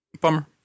Bummer